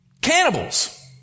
cannibals